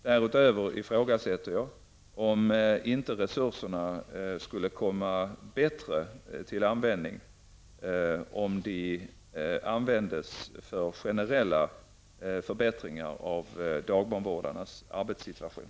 Därutöver ifrågasätter jag om inte resurserna skulle komma till bättre användning om de användes för generella förbättringar av dagbarnvårdarnas arbetssituation.